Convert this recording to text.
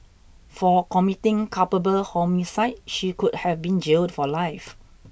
for committing culpable homicide she could have been jailed for life